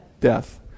Death